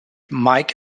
mike